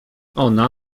ona